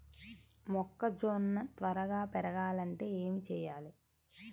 మొక్కజోన్న త్వరగా పెరగాలంటే ఏమి చెయ్యాలి?